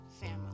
family